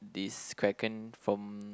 this Kraken from